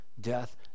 death